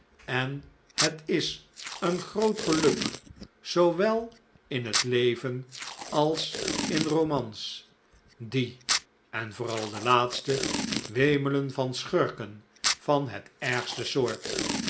en het is een groot geluk zoowel in het leven als in romans die en vooral de laatste wemelen van schurken van het ergste soort